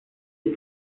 die